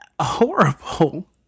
horrible